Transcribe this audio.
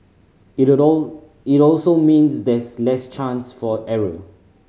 it it also means there's less chance for error